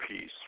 peace